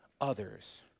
others